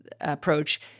approach